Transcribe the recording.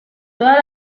toda